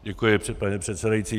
Děkuji, pane předsedající.